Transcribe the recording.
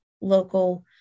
local